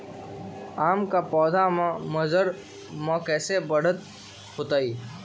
आम क पौधा म मजर म कैसे बढ़त होई?